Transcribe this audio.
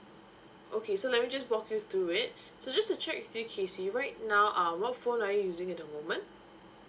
okay so let me just walk you through it so just to check with you kesy right now uh what phone are you using at the moment